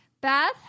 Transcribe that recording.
Beth